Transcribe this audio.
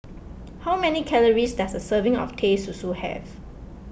how many calories does a serving of Teh Susu have